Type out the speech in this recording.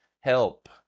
help